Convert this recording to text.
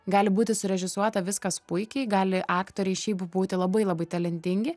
gali būti surežisuota viskas puikiai gali aktoriai šiaip būti labai labai talentingi